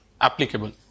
applicable